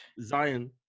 Zion